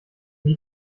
die